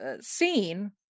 scene